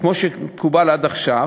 כמו שמקובל עד עכשיו,